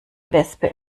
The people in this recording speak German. wespe